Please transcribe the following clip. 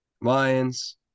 Lions